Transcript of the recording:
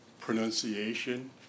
pronunciation